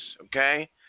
okay